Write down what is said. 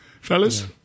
Fellas